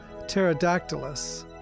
Pterodactylus